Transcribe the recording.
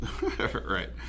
right